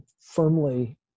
firmly